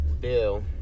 Bill